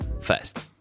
first